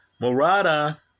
Murata